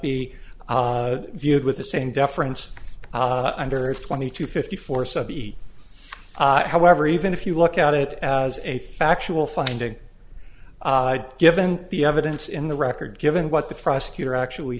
be viewed with the same deference under twenty two fifty four so be it however even if you look at it as a factual finding given the evidence in the record given what the prosecutor actually